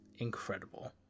Incredible